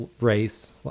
race